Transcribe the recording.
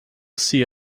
see